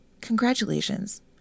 congratulations